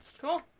cool